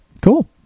Cool